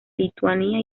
lituania